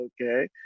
okay